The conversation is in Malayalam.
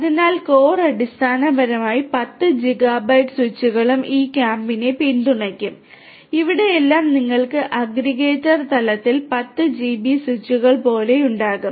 അതിനാൽ കോർ അടിസ്ഥാനപരമായി 10 ജിഗാബൈറ്റ് സ്വിച്ചുകൾ ഈ കാമ്പിനെ പിന്തുണയ്ക്കും ഇവിടെയും നിങ്ങൾക്ക് അഗ്രഗേറ്റർ തലത്തിൽ 10 ജിബി സ്വിച്ചുകൾ പോലെയുമുണ്ടാകും